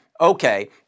okay